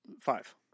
Five